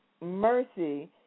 mercy